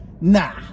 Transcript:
Nah